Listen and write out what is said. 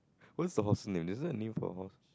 what's the horse's name is there a name for the horse